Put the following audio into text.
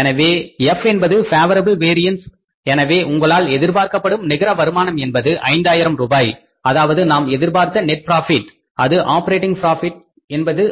எனவே எஃப் என்பது favourable variance எனவே உங்களால் எதிர்பார்க்கப்படும் நிகர வருமானம் என்பது 5000 ரூபாய் அதாவது நாம் எதிர்பார்த்த நெட் ப்ராபிட் அது ஆப்பரேட்டிங் ப்ராபிட் என்பது